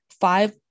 five